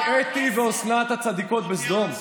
רק אתי ואוסנת הצדיקות בסדום.